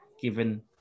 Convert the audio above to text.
given